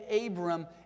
Abram